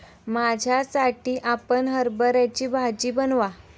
माझ्यासाठी आपण हरभऱ्याची भाजी बनवा